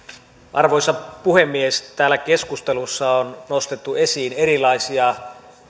arvoisa puhemies täällä keskustelussa on nostettu esiin erilaisia